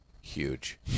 huge